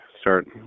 start